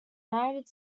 united